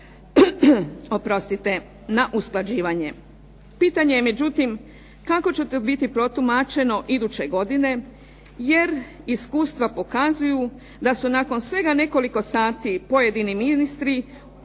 oprostite na usklađivanje. Pitanje je međutim kako će to biti protumačeno iduće godine, jer iskustva pokazuju da su nakon svega nekoliko sati pojedini ministri uvjeravali